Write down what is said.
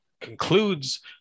concludes